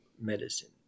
medicine